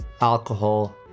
alcohol